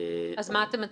אז מה אתם מציעים?